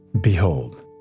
Behold